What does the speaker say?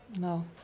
no